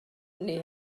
hynny